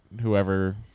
whoever